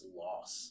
loss